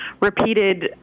repeated